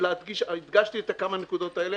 הדגשתי את הנקודות האלה.